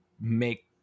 make